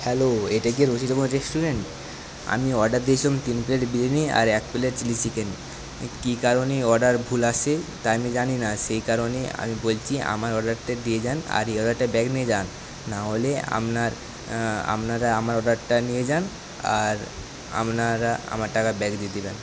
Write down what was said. hello এটা কি Ruchitam restaurant আমি অর্ডার দিয়েছিলাম তিন প্লেট বিরিয়ানি আর এক প্লেট চিলি চিকেন কি কারণে অর্ডার ভুল আসে তা আমি জানি না সেই কারণে আমি বলছি আমার অর্ডারটা দিয়ে যান আর এই অর্ডারটা ব্যাক নিয়ে যান নাহলে আপনার আপনারা আমার অর্ডারটা নিয়ে যান আর আপনারা আমার টাকা ব্যাক দিয়ে দেবেন